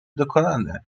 dokonane